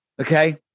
Okay